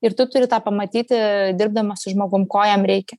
ir tu turi tą pamatyti dirbdamas su žmogum ko jam reikia